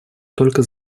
только